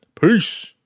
Peace